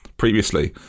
previously